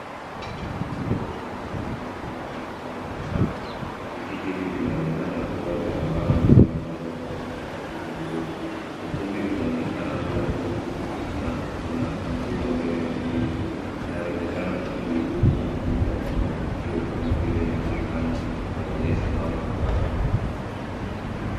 Ukumbi mkubwa wenye viti vingi vilivyopangwa kwa safu. Viti hivi vinaonekana kuwa vya mbao na vimepangwa kwa utaratibu mzuri. Ukumbi unaonekana kuwa tupu na kuna hatua mbele ya viti. Inawezekana ukumbi huu unatumika kwa matukio kama vile mikutano, maonyesho au ibada.